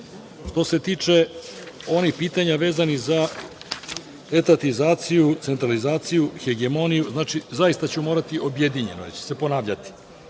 se tiče onih pitanja vezanih za etatizaciju, centralizaciju, hegemnoniju, zaista ću morati objedinjeno, jer ću se ponavljati.